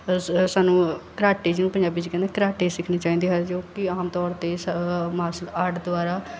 ਅ ਸ ਸਾਨੂੰ ਕਰਾਟੇ ਜਿਹਨੂੰ ਪੰਜਾਬੀ 'ਚ ਕਹਿੰਦੇ ਕਰਾਟੇ ਸਿੱਖਣੇ ਚਾਹੀਦੇ ਹਨ ਜੋ ਕਿ ਆਮ ਤੌਰ 'ਤੇ ਸ ਮਾਰਸਲ ਆਰਟ ਦੁਆਰਾ